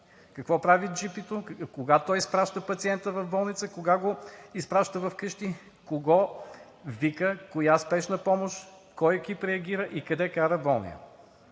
Какво прави джипито? Кога той изпраща пациента в болница? Кога го изпраща вкъщи? Кого вика? Коя спешна помощ? Кой екип реагира? Къде кара болния?